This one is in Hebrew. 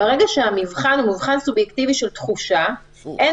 ברגע שהמבחן הוא מבחן סובייקטיבי של תחושה אין